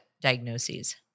diagnoses